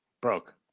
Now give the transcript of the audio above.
Broke